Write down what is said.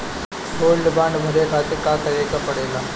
Gold bond भरे खातिर का करेके पड़ेला?